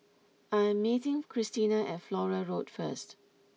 I am meeting Christina at Flora Road first